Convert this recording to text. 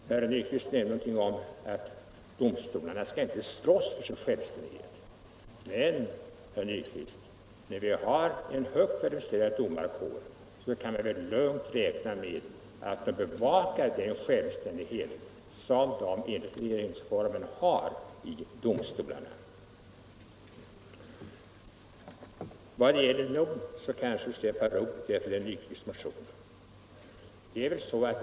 Herr Nyquist sade att domstolarna inte skall slåss för sin självständighet. Vi har en högt kvalificerad domarkår. Vi kan väl därför lugnt räkna med att domarna kommer att bevaka den självständighet som de enligt regeringsformen har i domstolarna. Jag vill också säga ett par ord om herr Nyquists motion om NON.